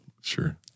sure